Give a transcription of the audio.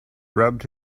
rubbed